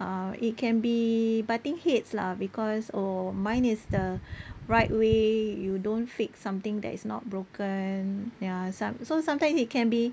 uh it can be butting heads lah because oh mine is the right way you don't fix something that is not broken ya some so sometimes it can be